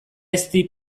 ezti